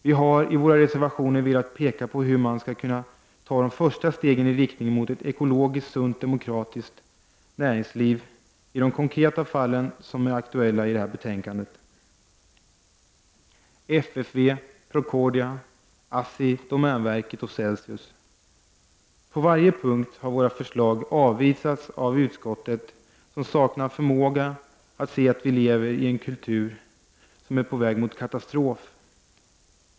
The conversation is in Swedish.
Vi har i våra reservationer velat peka på hur man skall kunna ta de första stegen i riktning mot ett ekologiskt sunt och demokratiskt näringsliv i de konkreta fall som är aktuella i betänkandet: FFV, Procordia, ASSI, domänverket och Celsius. På varje punkt har våra förslag avvisats av utskottet, som saknar förmåga att se att vi lever i en kultur som är på väg mot en katastrof.